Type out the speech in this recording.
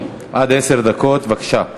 עד עשר דקות, בבקשה.